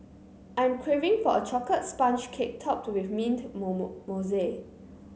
I am craving for a chocolate sponge cake topped with mint mousse